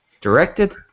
directed